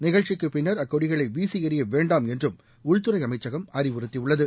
நிகழ்ச்சிக்கு பின்னா் அக்கொடிகளை வீசியெறிய வேண்டாம் என்றும் உள்துறை அமைச்சகம் அறிவுறுத்தியுள்ளது